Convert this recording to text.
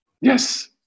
Yes